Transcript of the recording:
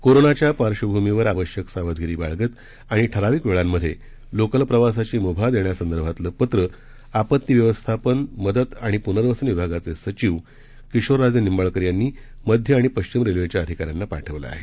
कोरोनाच्या पार्श्वभूमीवर आवश्यक सावधगिरी बाळगत आणि ठराविक वेळांमध्ये लोकल प्रवासाची मुभा देण्यासंदर्भातलं पत्र आपत्ती व्यवस्थापन मदत आणि पुनर्वसन विभागाचे सचिव किशोरराजे निंबाळकर यांनी मध्य आणि पश्चिम रेल्वेच्या अधिकाऱ्यांना पाठवलं आहे